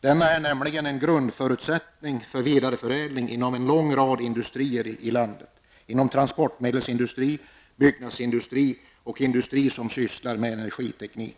Denna är nämligen en grundförutsättning för vidareförädling inom en lång rad industrier i landet, från transportmedelsindustri till byggnadsindustri och industri som sysslar med energiteknik.